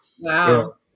wow